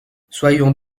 soyons